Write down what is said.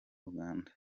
uganda